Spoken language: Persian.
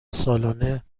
سالانه